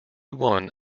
one